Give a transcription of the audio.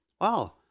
Wow